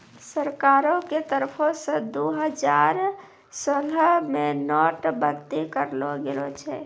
सरकारो के तरफो से दु हजार सोलह मे नोट बंदी करलो गेलै